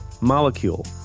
Molecule